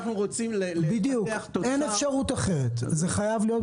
אין אפשרות אחרת וזה חייב להיות.